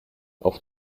auf